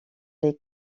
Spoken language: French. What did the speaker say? les